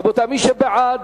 רבותי, מי שבעד,